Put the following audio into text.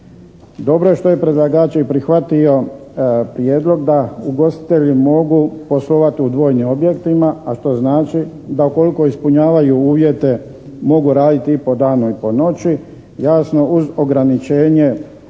Dobro je što je predlagač i prihvatio prijedlog da ugostitelji mogu poslovati u dvojnim objektima a što znači da ukoliko ispunjavaju uvjete mogu raditi i po danu i po noći jasno uz ograničenje, jedno